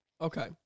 okay